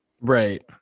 Right